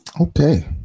okay